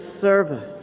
service